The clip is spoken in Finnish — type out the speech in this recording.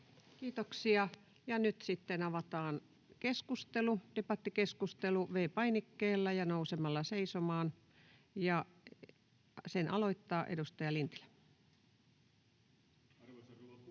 Kiitoksia. — Ja nyt sitten avataan debattikeskustelu V-painikkeella ja nousemalla seisomaan. — Sen aloittaa edustaja Lintilä.